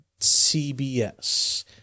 CBS